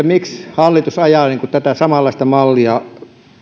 miksi hallitus ajaa tätä samanlaista mallia